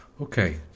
okay